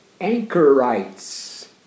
Anchorites